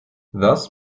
thus